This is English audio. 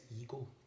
ego